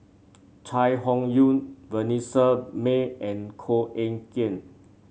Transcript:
Chai Hon Yoong Vanessa Mae and Koh Eng Kian